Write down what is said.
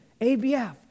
ABF